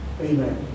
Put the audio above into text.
Amen